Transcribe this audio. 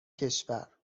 کشور